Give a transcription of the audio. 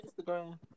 Instagram